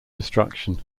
destruction